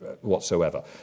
whatsoever